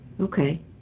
Okay